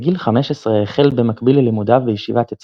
בגיל 15 החל – במקביל ללימודיו בישיבת עץ